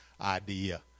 idea